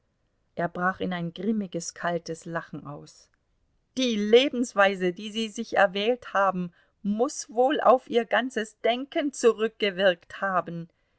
er brach in ein grimmiges kaltes lachen aus die lebensweise die sie sich erwählt haben muß wohl auf ihr ganzes denken zurückgewirkt haben